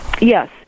Yes